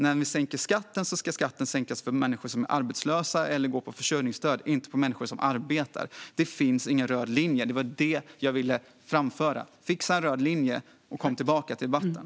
När ni sänker skatten ska skatten sänkas för människor som är arbetslösa eller går på försörjningsstöd och inte för människor som arbetar. Det finns ingen röd linje. Det var det jag ville framföra. Fixa en röd linje och kom tillbaka till debatten!